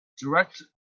direct